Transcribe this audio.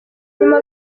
nyuma